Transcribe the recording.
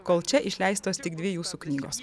kol čia išleistos tik dvi jūsų knygos